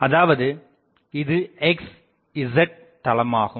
அதாவது இது x z தளமாகும்